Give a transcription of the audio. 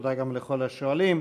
תודה גם לכל השואלים.